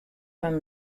from